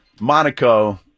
monaco